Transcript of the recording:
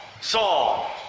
Saul